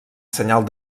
senyal